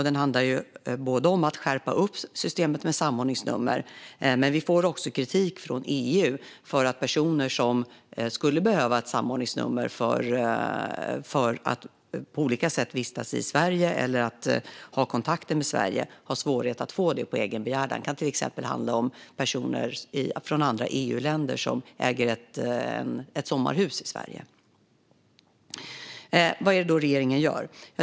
Den handlar om att skärpa systemet med samordningsnummer. Men vi får också kritik från EU om att personer som skulle behöva ett samordningsnummer för att på olika sätt vistas i Sverige eller att ha kontakter med Sverige har svårigheter att få det på egen begäran. Det kan till exempel handla om personer från andra EU-länder som äger ett sommarhus i Sverige. Vad är det då regeringen gör?